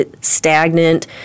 stagnant